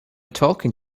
talking